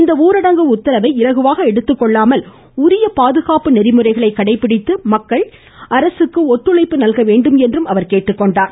இந்த ஊரடங்கு உத்தரவை இலகுவாக எடுத்துக் கொள்ளாமல் உரிய பாதுகாப்பு நெறிமுறைகளை கடைபிடித்து ஒத்துழைப்பு நல்க வேண்டும் என்றார்